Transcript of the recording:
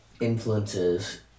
influences